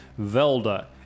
Velda